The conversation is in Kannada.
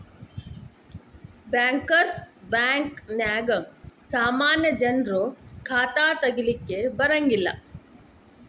ಬ್ಯಾಂಕರ್ಸ್ ಬ್ಯಾಂಕ ನ್ಯಾಗ ಸಾಮಾನ್ಯ ಜನ್ರು ಖಾತಾ ತಗಿಲಿಕ್ಕೆ ಬರಂಗಿಲ್ಲಾ